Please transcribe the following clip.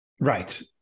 Right